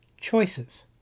Choices